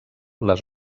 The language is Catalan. les